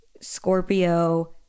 Scorpio